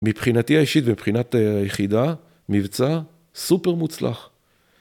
מבחינתי האישית ומבחינת היחידה, מבצע סופר מוצלח.